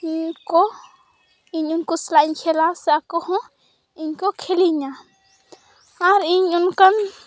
ᱤᱧ ᱠᱚ ᱤᱧ ᱩᱱᱠᱩ ᱥᱟᱞᱟᱜ ᱤᱧ ᱠᱷᱮᱞᱟ ᱥᱮ ᱟᱠᱚ ᱦᱚᱸ ᱤᱧ ᱠᱚ ᱠᱷᱮᱞᱮᱧᱟᱹ ᱟᱨ ᱤᱧ ᱚᱱᱠᱟᱱ